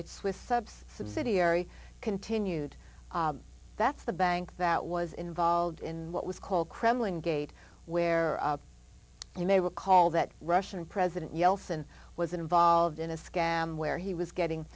it's with subs subsidiary continued that's the bank that was involved in what was called kremlin gate where you may recall that russian president yeltsin was involved in a scam where he was getting